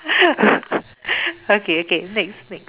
okay okay next next